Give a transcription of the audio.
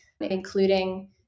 including